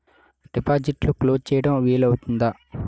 డిపాజిట్లు క్లోజ్ చేయడం వీలు అవుతుందా?